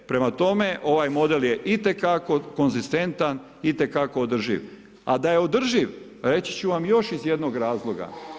Prema tome ovaj model je itekako konzistentan, itekako održiv, a da je održiv reći ću vam još iz jednog razloga.